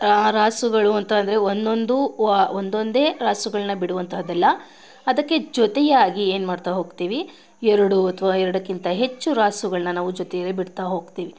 ಆ ರಾಸುಗಳು ಅಂತ ಅಂದ್ರೆ ಒಂದೊಂದು ಒಂದೊಂದೆ ರಾಸುಗಳನ್ನ ಬಿಡುವಂಥದ್ದಲ್ಲ ಅದಕ್ಕೆ ಜೊತೆಯಾಗಿ ಏನು ಮಾಡ್ತಾ ಹೋಗ್ತೀವಿ ಎರಡು ಅಥ್ವಾ ಎರಡಕ್ಕಿಂತ ಹೆಚ್ಚು ರಾಸುಗಳನ್ನ ಜೊತೇಲಿ ಬಿಡ್ತಾ ಹೋಗ್ತೀವಿ